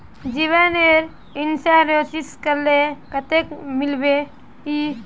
जीवन इंश्योरेंस करले कतेक मिलबे ई?